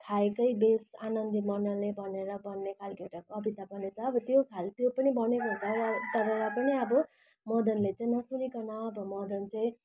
खाएकै बेस आनन्दी मनले भनेर भन्ने खालको एउटा कविता भनेछ अब त्यो खाल त्यो पनि भनेको हुन्छ तर पनि अब मदनले चाहिँ नसुनिकन अब मदन चाहिँ